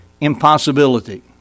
impossibility